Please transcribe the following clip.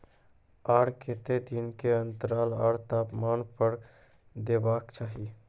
आर केते दिन के अन्तराल आर तापमान पर देबाक चाही?